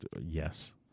yes